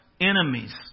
enemies